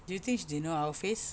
you think they know our face